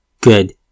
good